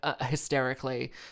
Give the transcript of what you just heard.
hysterically